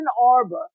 Arbor